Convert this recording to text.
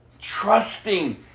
Trusting